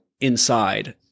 inside